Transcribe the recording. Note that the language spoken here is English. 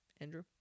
Andrew